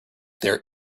there